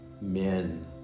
men